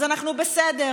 אז אנחנו בסדר,